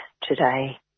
today